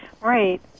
Right